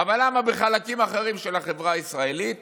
אבל למה בחלקים אחרים של החברה הישראלית